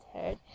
heard